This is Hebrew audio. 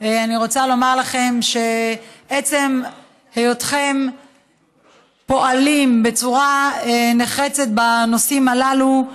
אני רוצה לומר לכם שעצם היותכם פועלים בצורה נחרצת בנושאים הללו,